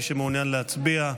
מי שמעוניין להצביע,